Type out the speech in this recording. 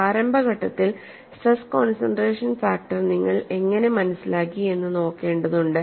പ്രാരംഭ ഘട്ടത്തിൽ stress concentration factor നിങ്ങൾ എങ്ങനെ മനസ്സിലാക്കി എന്നത് നോക്കേണ്ടതുണ്ട്